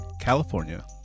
california